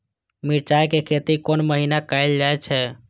मिरचाय के खेती कोन महीना कायल जाय छै?